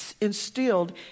instilled